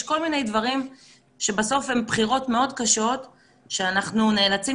יש כל מיני דברים שבסוף הם בחירות מאוד קשות שאנחנו נאלצים,